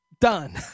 Done